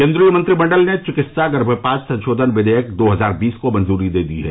केंद्रीय मंत्रिमंडल ने चिकित्सा गर्मपात संशोधन विधेयक दो हजार बीस को मंजूरी दे दी है